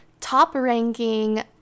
top-ranking